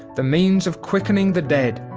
the means of quickening the dead,